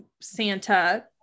Santa